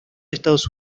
estados